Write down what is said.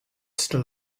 still